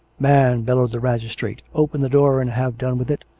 man, bellowed the magistrate, open the door and have done with it.